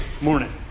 morning